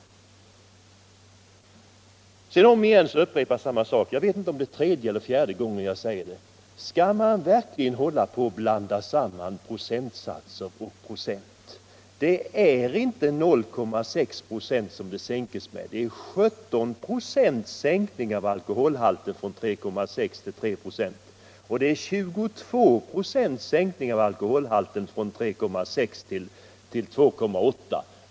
Ytterligare en sak som upprepas om och om igen — jag vet inte om det är tredje eller fjärde gånger jag säger det: Skall man verkligen blanda ihop procentsatser och procent? Det är inte 0,6 26 som sänkningen gäller utan det är 17 96 sänkning av alkoholhalten, från 3,6 96 till 3,0 26, och det är 22 96 sänkning av alkoholhalten om man sänker från 3,6 96 till 2,8 96.